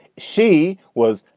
she was.